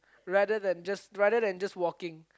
rather than just rather than just walking